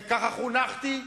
וככה חונכתי,